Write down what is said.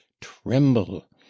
tremble